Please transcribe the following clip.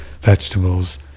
vegetables